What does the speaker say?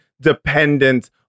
dependent